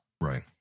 Right